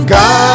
God